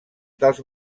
dels